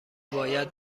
باید